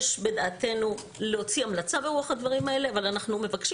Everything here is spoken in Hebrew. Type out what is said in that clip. יש בדעתנו להוציא המלצה ברוח הדברים האלה אבל אנחנו מבקשים